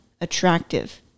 attractive